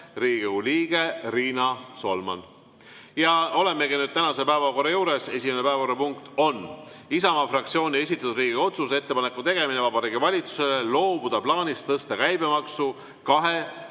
Riigikogu liikme Riina Solmani. Ja olemegi nüüd tänase päevakorra juures. Esimene päevakorrapunkt on Isamaa fraktsiooni esitatud Riigikogu otsuse "Ettepaneku tegemine Vabariigi Valitsusele loobuda plaanist tõsta käibemaksu